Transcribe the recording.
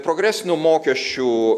progresinių mokesčių